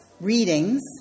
readings